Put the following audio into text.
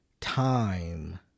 time